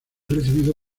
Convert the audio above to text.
recibido